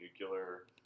nuclear